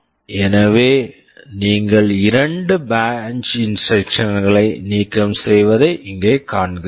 எனவே நீங்கள் இரண்டு பிரான்ச் இன்ஸ்ட்ரக்க்ஷன்ஸ் branch instructions களை நீக்கம் செய்வதை இங்கே காண்கிறீர்கள்